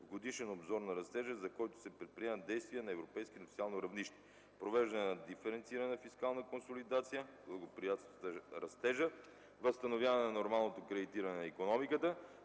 Годишен обзор на растежа, за който се предприемат действия на европейско и на национално равнище: провеждане на диференцирана фискална консолидация, благоприятстваща растежа, възстановяване на нормалното кредитиране на икономиката,